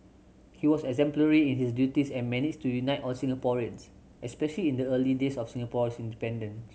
he was exemplary in his duties and managed to unite all Singaporeans especially in the early days of Singapore's independence